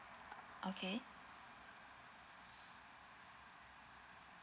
okay